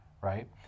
right